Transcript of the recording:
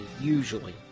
Usually